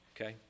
Okay